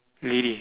lady